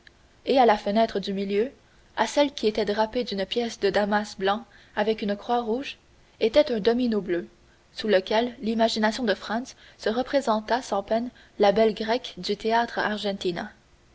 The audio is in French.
et à la fenêtre du milieu à celle qui était drapée d'une pièce de damas blanc avec une croix rouge était un domino bleu sous lequel l'imagination de franz se représenta sans peine la belle grecque du théâtre